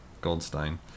Goldstein